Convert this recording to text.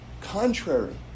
contrary